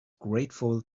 grateful